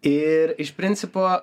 ir iš principo